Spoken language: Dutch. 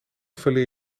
verleer